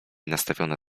nastawione